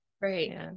Right